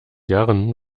jahren